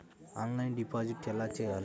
Offline deposit ఎలా చేయాలి?